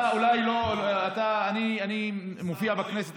אני מופיע בכנסת,